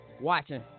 Watching